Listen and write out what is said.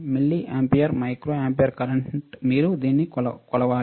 మిల్లి ampere microampere current మీరు దీన్ని కొలవాలి